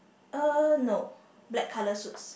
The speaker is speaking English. uh no black colour suits